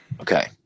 Okay